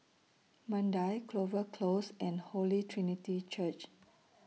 Mandai Clover Close and Holy Trinity Church